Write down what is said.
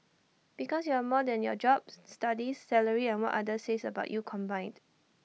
because you're more than your jobs studies salary and what others say about you combined